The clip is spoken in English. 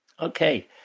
Okay